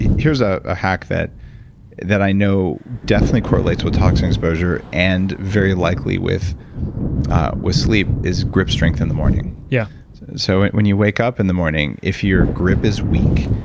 here's ah a hack that that i know definitely correlates with toxin exposure and very likely with with sleep is grip strength in the morning yeah so when you wake up in the morning, if your grip is weak,